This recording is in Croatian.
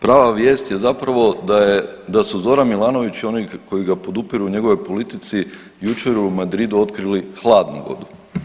Prava vijest je zapravo da je, da su Zoran Milanović i oni koji ga podupiru u njegovoj politici jučer u Madridu otkrili hladnu vodu.